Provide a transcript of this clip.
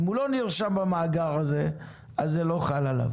אם הוא לא נרשם במאגר הזה, אז זה לא חל עליו.